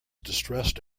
distressed